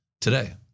today